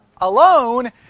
alone